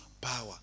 power